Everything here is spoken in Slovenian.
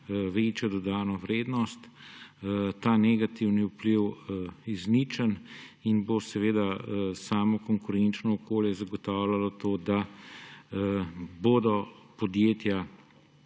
večjo dodano vrednost, bo ta negativni vpliv izničen in bo seveda samo konkurenčno okolje zagotavljalo to, da se bodo podjetja